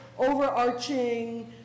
overarching